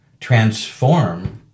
transform